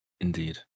Indeed